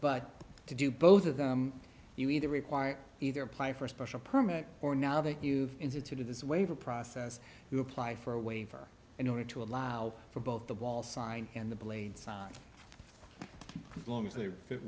but to do both of them you either require either apply for a special permit or now that you've instituted this waiver process you apply for a waiver in order to allow for both the wall sign and the blade sign long as they